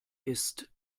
ist